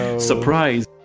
surprise